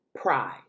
Pride